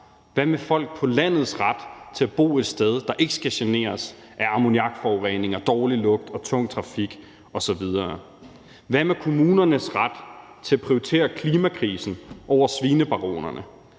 Hvad med folk på landets ret til at bo et sted, der ikke skal generes af ammoniakforurening og dårlig lugt og tung trafik osv.? Hvad med kommunernes ret til at prioritere klimakrisen over svinebaronerne?